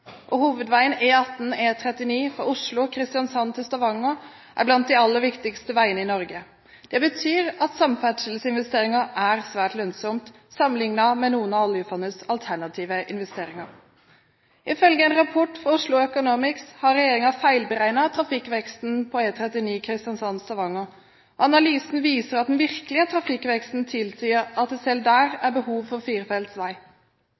hovedveiene. Hovedveien E18/E39 Oslo–Kristiansand–Stavanger er blant de aller viktigste veiene i Norge. Det betyr at samferdselsinvesteringer er svært lønnsomt, sammenlignet med noen av oljefondets alternative investeringer. Ifølge en rapport fra Oslo Economics har regjeringen feilberegnet trafikkveksten på E39 Kristiansand–Stavanger. Analysen viser at den virkelige trafikkveksten tilsier at det selv der er behov for firefelts vei.